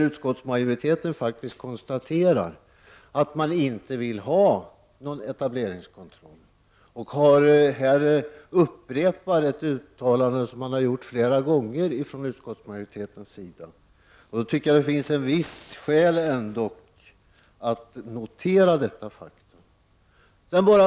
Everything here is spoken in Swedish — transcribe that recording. Utskottsmajoriteten konstaterar att man inte vill ha någon etableringskontroll, och det är ett uttalande som utskottsmajoriteten har gjort flera gånger. Det finns skäl att notera detta faktum.